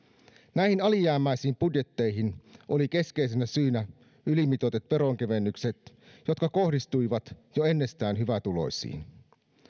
näihin alijäämäisiin budjetteihin oli keskeisenä syynä ylimitoitetut veronkevennykset jotka kohdistuivat jo ennestään hyvätuloisiin